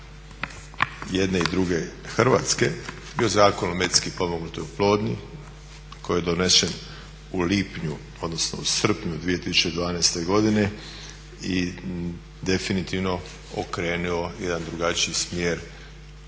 jedne i druge Hrvatske i u Zakonu o medicinsko potpomognutoj oplodnji koji je donesen u lipnju, odnosno u srpnju 2012. godine i definitivno okrenuo jedan drugačiji smjer